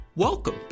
Welcome